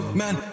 man